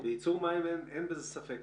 בייצור מים אין בזה ספק.